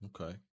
Okay